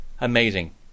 Amazing